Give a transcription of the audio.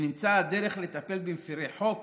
ונמצאה הדרך לטפל במפירי חוק